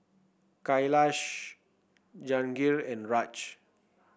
Kailash Jahangir and Raj